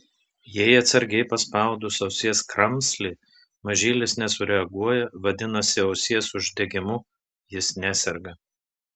jei atsargiai paspaudus ausies kramslį mažylis nesureaguoja vadinasi ausies uždegimu jis neserga